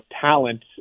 talent